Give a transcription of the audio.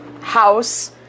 house